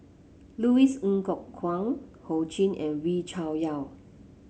Louis Ng Kok Kwang Ho Ching and Wee Cho Yaw